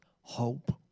hope